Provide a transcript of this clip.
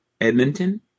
Edmonton